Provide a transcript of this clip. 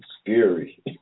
scary